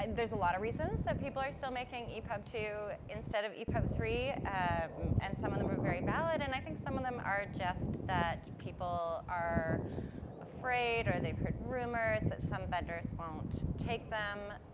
and there's a lot of reasons that people are still making epub two instead of epub three and some of them were very valid and i think some of them are just that people are afraid, or they've heard rumours that some vendors won't take them.